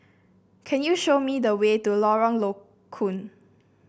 can you show me the way to Lorong Low Koon